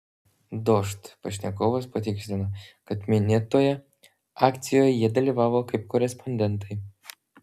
dožd pašnekovas patikslino kad minėtoje akcijoje jie dalyvavo kaip korespondentai